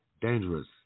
dangerous